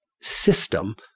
system